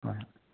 ꯍꯣꯏ ꯍꯣꯏ